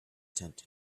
tent